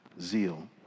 zeal